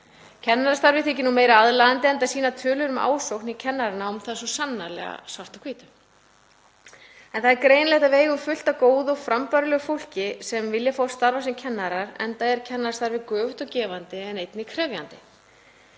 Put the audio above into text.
Kennarastarfið þykir nú meira aðlaðandi enda sýna tölur um ásókn í kennaranám það svo sannarlega svart á hvítu. Það er greinilegt að við eigum fullt af góðu og frambærilegu fólki sem vill fá að starfa sem kennarar enda er kennarastarfið göfugt og gefandi en einnig krefjandi.